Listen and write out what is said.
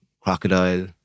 crocodile